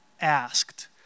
asked